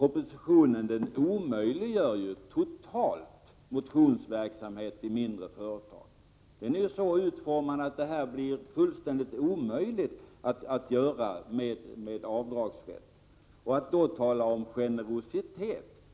Den omöjliggör ju allt stöd till motionsverksamhet i mindre företag. Propositionen är så utformad att det blir fullständigt omöjligt att ge sådant stöd med avdragsrätt. Utskottet talar om generositet.